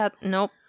Nope